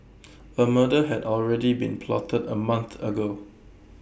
A murder had already been plotted A month ago